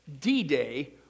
D-Day